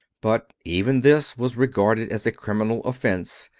but even this was regarded as a criminal offense,